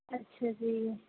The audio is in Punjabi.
ਅੱਛਾ ਜੀ